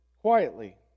quietly